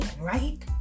right